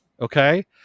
Okay